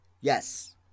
Yes